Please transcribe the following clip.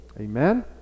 Amen